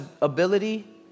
ability